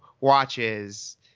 watches